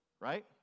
right